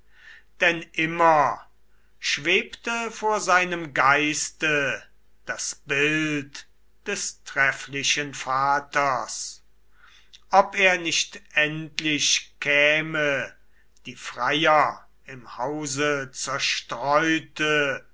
denn immer schwebte vor seinem geiste das bild des trefflichen vaters ob er nicht endlich käme die freier im hause zerstreute